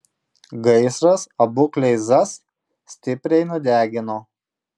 gaisras abu kleizas stipriai nudegino